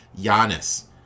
Giannis